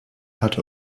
hatte